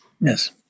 Yes